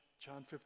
John